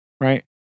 right